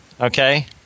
Okay